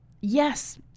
yes